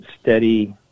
steady